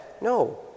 No